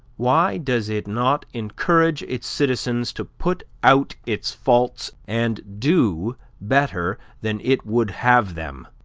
why does it not encourage its citizens to put out its faults, and do better than it would have them?